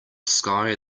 sky